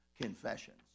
confessions